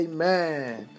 Amen